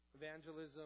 evangelism